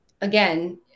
again